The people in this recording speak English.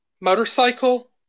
motorcycle